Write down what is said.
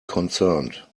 concerned